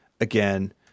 again